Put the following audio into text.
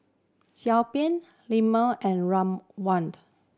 ban lemang and rawone